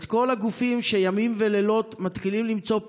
את כל הגופים שימים ולילות מתחילים למצוא פתרונות,